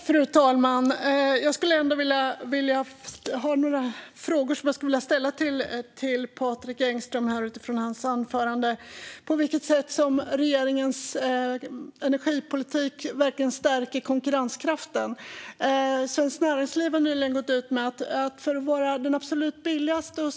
Fru talman! Jag skulle vilja ställa några frågor till Patrik Engström efter hans anförande. På vilket sätt kan regeringens energipolitik stärka konkurrenskraften? Nu ska man veta att alla länder inte har en infrastruktur och industri som Sverige har.